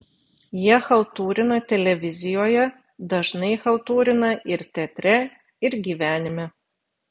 jie chaltūrina televizijoje dažnai chaltūrina ir teatre ir gyvenime